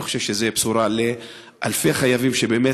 אני חושב שזו בשורה לאלפי חייבים שבאמת